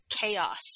chaos